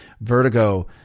vertigo